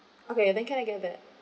okay then can I get that